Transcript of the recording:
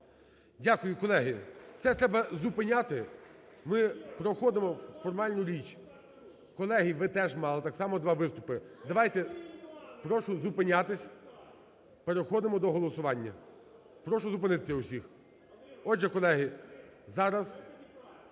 Дякую, колеги. Це треба зупиняти. Ми проходимо формальну річ. Колеги, ви теж мали так само два виступи. Давайте… (Шум у залі) Прошу зупинятись, переходимо до голосування. Прошу зупинитися усіх. Отже, колеги, зараз